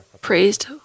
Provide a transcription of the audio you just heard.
praised